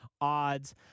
odds